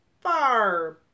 far